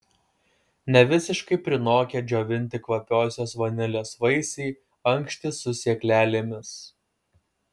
nevisiškai prinokę džiovinti kvapiosios vanilės vaisiai ankštys su sėklelėmis